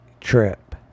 Trip